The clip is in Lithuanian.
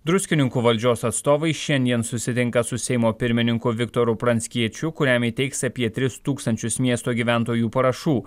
druskininkų valdžios atstovai šiandien susitinka su seimo pirmininku viktoru pranckiečiu kuriam įteiks apie tris tūkstančius miesto gyventojų parašų